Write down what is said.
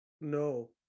No